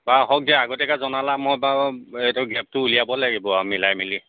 বাৰু হওক দিয়া আগতীয়াকৈ জনালা মই বাৰু এইটো গেপটো উলিয়াব লাগিব আৰু মিলাই মিলি